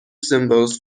symbols